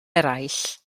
eraill